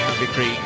Victory